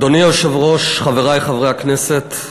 אדוני היושב-ראש, חברי חברי הכנסת,